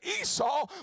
Esau